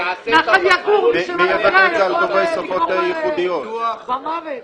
נחל ---, מי שלא יודע יכול לגמור במוות.